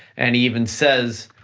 and he even says,